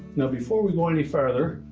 now, before we go any further,